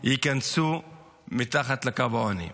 ייכנסו מתחת לקו העוני.